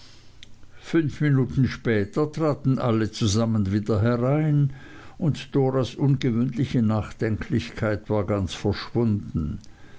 fünf minuten später traten alle zusammen wieder herein und doras ungewöhnliche nachdenklichkeit war ganz verschwunden